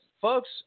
Folks